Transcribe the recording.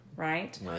Right